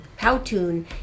Powtoon